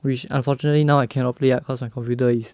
which unfortunately now I cannot play ah cause my computer is